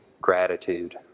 gratitude